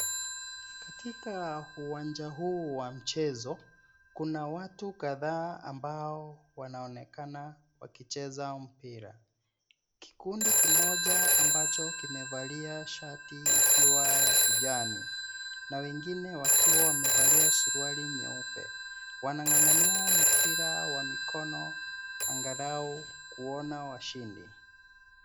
Katika uwanja huu wa mchezo, kuna watu kadhaa ambao wanaonekana wakicheza mpira. Kikundi kimoja ambacho kimevalia shati ikiwa ya kijani na wengine wakiwa wamevalia suruali nyeupe. Wanang'ang'ania mpira wa mikono angalau kuona washindi.